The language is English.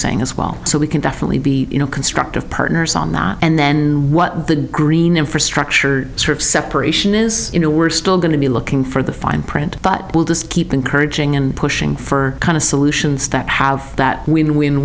saying as well so we can definitely be constructive partners on that and then what the green infrastructure separation is you know we're still going to be looking for the fine print but will this keep encouraging and pushing for kind of solutions that have that when when